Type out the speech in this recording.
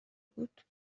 بود